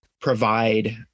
provide